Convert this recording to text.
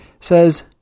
says